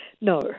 no